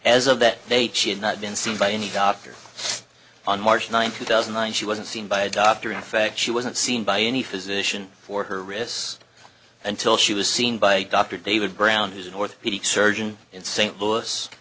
as of that they'd she had not been seen by any doctor on march ninth two thousand once you wasn't seen by a doctor in fact she wasn't seen by any physician for her wrists until she was seen by dr david brown who's an orthopedic surgeon in st louis